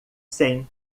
cem